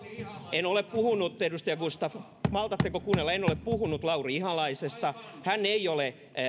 en ole puhunut edustaja gustafsson lauri ihalaisesta hän ei ole